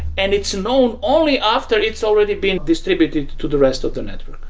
and it's known only after it's already been distributed to the rest of the network.